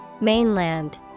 Mainland